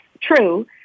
true